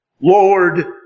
Lord